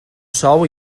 sou